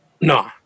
No